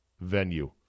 venue